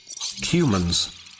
humans